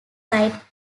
site